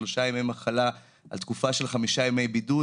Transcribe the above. שלושה ימי מחלה על תקופה של חמישה ימי בידוד,